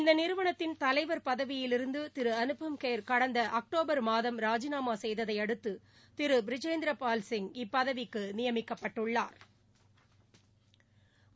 இந்தநிறுவனத்தின் தலைவர் பதவியிலிருந்துதிருஅனுப்பம்கெர் கடந்தஅக்பேடார் மாதம் ராஜினாமாசெய்ததையடுத்து திருபிரிஜேந்திரபால் சிங் இப்பதவிக்குநியமிக்கப்பட்டுள்ளாா்